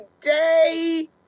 today